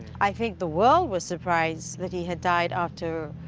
i think the world was surprised that he had died after